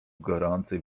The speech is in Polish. gorącej